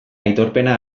aitorpena